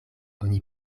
oni